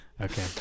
Okay